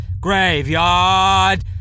Graveyard